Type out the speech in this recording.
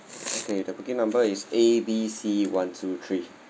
okay the booking number is A B C one two three